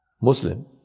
muslim